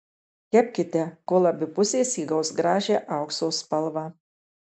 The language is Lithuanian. kepkite kol abi pusės įgaus gražią aukso spalvą